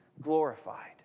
glorified